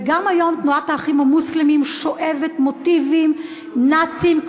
וגם היום תנועת "האחים המוסלמים" שואבת מוטיבים נאציים,